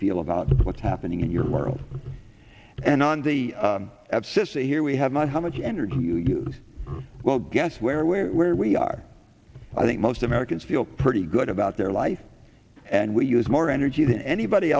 feel about what's happening in your world and on the abscissa here we have not how much energy well guess where we're where we are i think most americans feel pretty good about their life and we use more energy than anybody